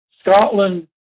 Scotland